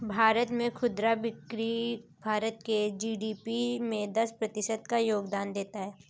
भारत में खुदरा बिक्री भारत के जी.डी.पी में दस प्रतिशत का योगदान देता है